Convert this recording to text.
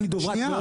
פנימה.